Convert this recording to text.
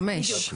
חמש.